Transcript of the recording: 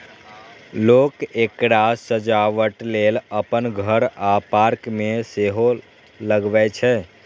लोक एकरा सजावटक लेल अपन घर आ पार्क मे सेहो लगबै छै